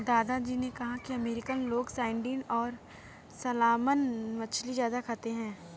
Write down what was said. दादा जी ने कहा कि अमेरिकन लोग सार्डिन और सालमन मछली ज्यादा खाते हैं